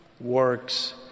works